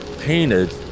painted